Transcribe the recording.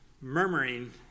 murmuring